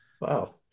Wow